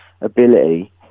ability